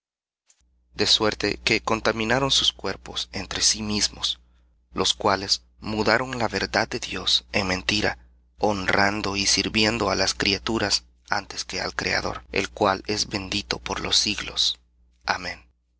de suerte que contaminaron sus cuerpos entre sí mismos los cuales mudaron la verdad de dios en mentira honrando y sirviendo á las criaturas antes que al criador el cual es bendito por los siglos amén